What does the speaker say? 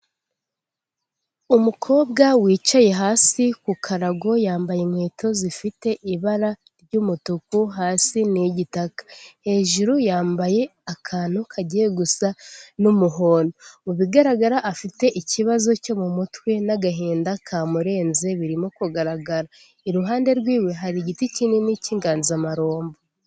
Umukobwa wicaye hasi ku karago yambaye inkweto zifite ibara ry'umutuku hasi nI Igitaka hejuru yambaye akantu kagiye gusa n'umuhondo, mu bigaragara afite ikibazo cyo mu mutwe n'agahinda kamurenze birimo kugaragara, iruhande rw'iwe hari igiti kinini cy'inganzamarumbo.